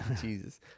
jesus